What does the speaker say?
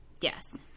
Yes